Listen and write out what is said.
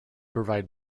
provide